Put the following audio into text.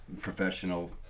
professional